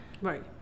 Right